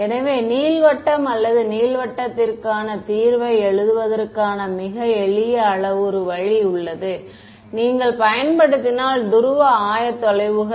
எனவே நீள்வட்டம் அல்லது நீள்வட்டத்திற்கான தீர்வை எழுதுவதற்கான மிக எளிய அளவுரு வழி உள்ளது நீங்கள் பயன்படுத்தினால் துருவ ஆயத்தொலைவுகள்